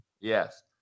Yes